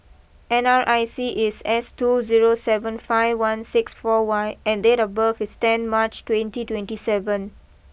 N R I C is S two zero seven five one six four Y and date of birth is ten March twenty twenty seven